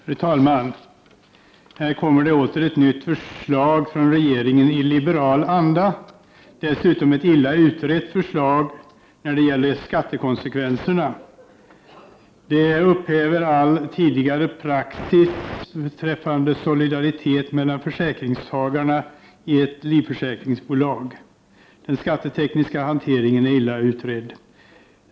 Fru talman! Här kommer åter ett nytt förslag från regeringen i liberal anda, dessutom ett illa utrett förslag när det gäller skattekonsekvenserna. Det upphäver all tidigare praxis om solidaritet mellan försäkringstagare i ett livförsäkringsbolag. Den skattetekniska hanteringen är illa utredd.